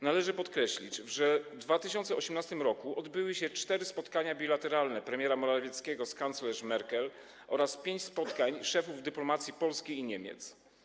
Należy podkreślić, że w 2019 r. odbyły się cztery spotkania bilateralne premiera Morawieckiego z kanclerz Merkel oraz pięć spotkań szefów dyplomacji Polski i Niemiec.